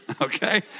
okay